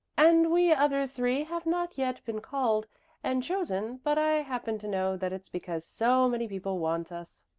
and we other three have not yet been called and chosen, but i happen to know that it's because so many people want us,